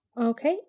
Okay